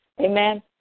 Amen